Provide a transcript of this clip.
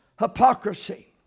hypocrisy